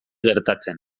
gertatzen